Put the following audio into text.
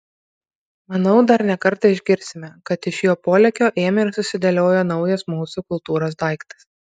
manau dar ne kartą išgirsime kad iš jo polėkio ėmė ir susidėliojo naujas mūsų kultūros daiktas